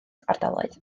ardaloedd